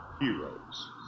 heroes